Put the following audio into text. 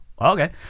okay